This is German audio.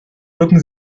drücken